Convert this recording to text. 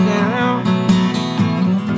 down